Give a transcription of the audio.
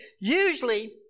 usually